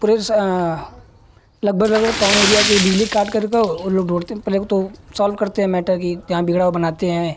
पूरे लगभग लगभग टाउन एरिया की ही बिजली काटकर वह लोग ढूँढ़ते पहले तो सॉल्व करते हैं मैटर कि जहाँ बिगड़ा हो बनाते हैं